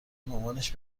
مامانش